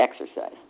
exercise